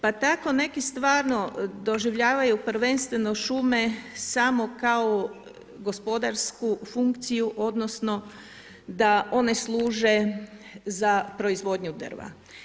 Pa tako neki stvarno doživljavaju prvenstveno šume samo kao gospodarsku funkciju odnosno da one služe za proizvodnju drva.